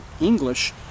English